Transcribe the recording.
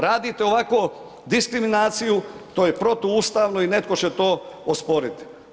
Radite ovako diskriminaciju, to je protuustavno i netko će to osporiti.